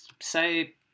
say